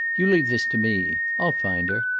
you leave this to me. i'll find her.